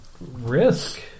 risk